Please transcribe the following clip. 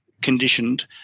conditioned